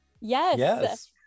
Yes